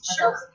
Sure